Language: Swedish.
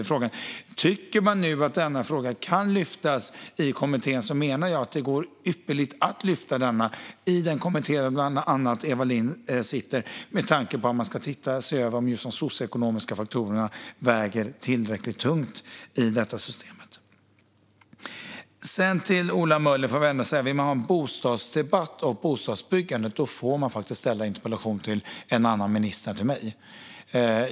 Om man nu tycker att denna fråga kan lyftas upp i kommittén menar jag att det går ypperligt att lyfta upp den i den kommitté där bland andra Eva Lindh sitter, med tanke på att kommittén ska se över om de socioekonomiska faktorerna väger tillräckligt tungt i detta system. Till Ola Möller vill jag säga detta: Om man vill ha en debatt om bostadsbyggande får man faktiskt ställa en interpellation till en annan minister.